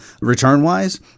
return-wise